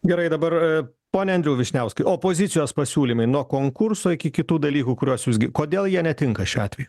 gerai dabar pone andriau vyšniauskai opozicijos pasiūlymai nuo konkurso iki kitų dalykų kuriuos jūs gi kodėl jie netinka šiuo atveju